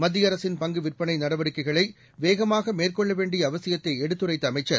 மத்திய அரசின் பங்கு விற்பனை நடவடிக்கைகளை வேகமாக மேற்கொள்ள வேண்டிய அவசியத்தை எடுத்துரைத்த அமைச்சர்